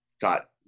got